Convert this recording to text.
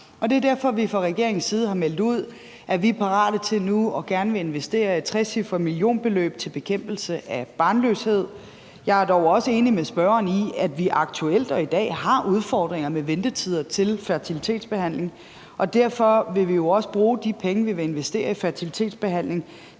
Og det er derfor, at vi fra regeringens side har meldt ud, at vi nu gerne vil og er parate til at investere et trecifret millionbeløb til bekæmpelse af barnløshed. Jeg er dog også enig med spørgeren i, at vi aktuelt i dag har udfordringer med ventetider til fertilitetsbehandling, og derfor vil vi jo bl.a. også bruge de penge, vi vil investere i fertilitetsbehandlingen,